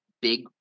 big